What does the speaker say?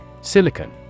Silicon